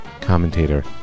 commentator